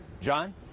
John